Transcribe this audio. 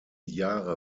jahre